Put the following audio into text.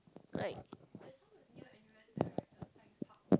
like